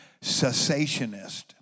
cessationist